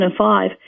2005